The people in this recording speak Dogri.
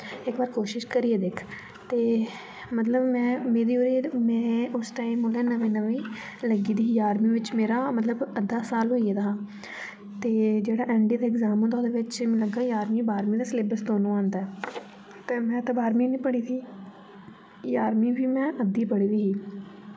इक बार कोशिश करिये दिक्ख ते मतलब में मेरी वजह में उस टाइम उसलै नमीं नमीं लग्गी दी ही जारमी विच्च में मेरा मतलब अद्दा साल होई गेदा हा ते जेह्ड़ा एन डी ए दा एग्जाम ते ओह्दे बिच्च मी लग्गा जारमी बारमी दा सिलेबस दोनों आंदा ते में ते बारवीं बी नेईं पढ़ी दी जारमी बी में अद्दी पढ़ी दी ही